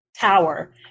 tower